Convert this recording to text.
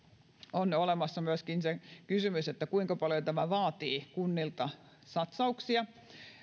on olemassa myöskin se kysymys kuinka paljon tämä vaatii kunnilta satsauksia